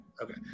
okay